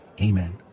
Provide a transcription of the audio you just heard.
Amen